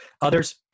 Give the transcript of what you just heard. Others